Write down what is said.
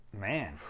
Man